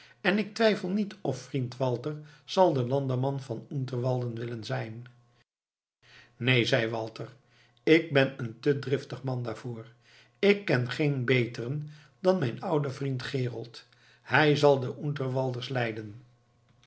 en ik twijfel niet of vriend walter zal de landamman van unterwalden willen zijn neen zeî walter ik ben een te driftig man daarvoor ik ken geen beteren dan mijn ouden vriend gerold hij zal de unterwalders leiden